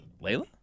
Layla